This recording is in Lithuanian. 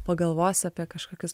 pagalvos apie kažkokius